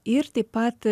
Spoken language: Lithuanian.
ir taip pat